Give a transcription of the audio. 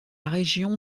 région